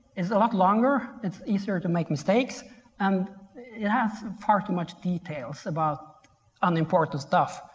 it's a lot longer. it's easier to make mistakes and it has far too much details about um unimportant stuff.